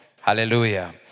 Hallelujah